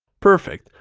perfect.